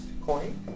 coin